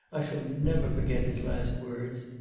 i shall never forget his last words.